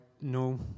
no